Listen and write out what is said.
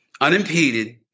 unimpeded